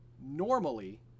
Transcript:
normally